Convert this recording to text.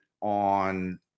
on